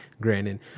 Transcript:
granted